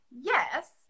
yes